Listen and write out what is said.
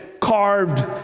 carved